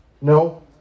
no